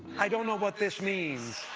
i don't know what this means.